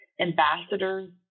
ambassadors